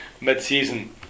mid-season